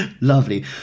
Lovely